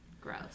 Gross